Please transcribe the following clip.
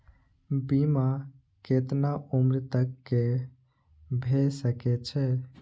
बीमा केतना उम्र तक के भे सके छै?